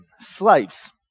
Slaves